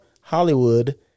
Hollywood